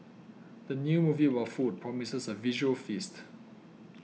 the new movie about food promises a visual feast